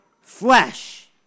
flesh